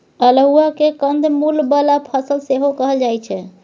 अल्हुआ केँ कंद मुल बला फसल सेहो कहल जाइ छै